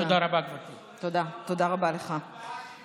תודה רבה, גברתי.